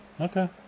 Okay